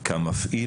כמפעיל,